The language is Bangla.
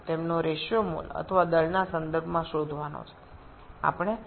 আমাদের মোল অথবা ভর এর সাপেক্ষে উপাদান গুলির অনুপাত নির্ণয় করতে হবে